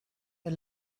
you